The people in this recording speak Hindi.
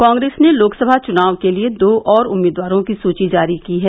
कांग्रेस ने लोकसभा चुनाव के लिए दो और उम्मीदवारों की सूची जारी की है